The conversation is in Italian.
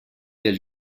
del